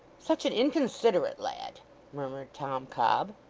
such a inconsiderate lad murmured tom cobb.